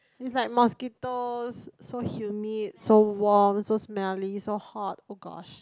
it's like mosquitos so humid so warm so smelly so hot oh gosh